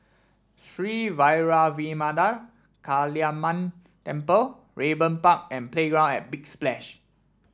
Sri Vairavimada Kaliamman Temple Raeburn Park and Playground at Big Splash